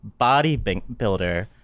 bodybuilder